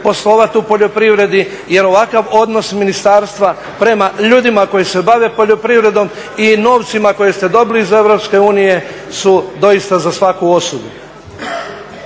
poslovati u poljoprivredi jer ovakav odnos ministarstva prema ljudima koji se bave poljoprivredom i novcima koje ste dobili iz EU su doista za svaku osudu.